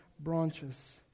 branches